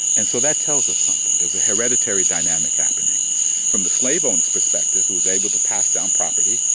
and so that tells us something. there's a hereditary dynamic happening from the slaveowner's perspective, who was able to pass down property,